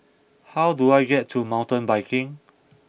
how do I get to Mountain Biking